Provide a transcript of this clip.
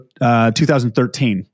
2013